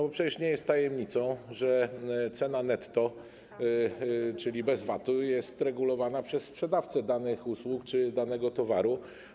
Bo przecież nie jest tajemnicą, że cena netto, czyli bez VAT-u, jest regulowana przez sprzedawcę danych usług czy danego towaru.